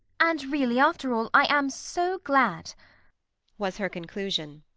and really, after all, i am so glad was her conclusion.